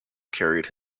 carried